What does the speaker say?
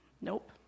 nope